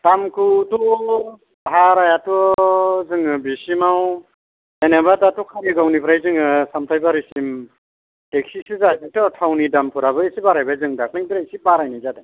दामखौथ' भारायाथ' जोङो बिसिमाव जेनेबा दाथ' खारिगावनिफ्राय जोङो सामथायबारिसिम टेकसिसो जायोथ' थावनि दामफोराबो एसे बारायबाय जों दाखालिनिफ्राय एसे बारायनाय जादों